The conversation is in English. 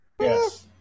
Yes